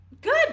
Good